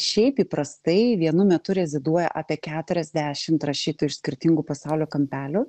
šiaip įprastai vienu metu reziduoja apie keturiasdešimt rašytojų iš skirtingų pasaulio kampelių